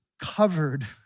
covered